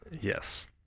Yes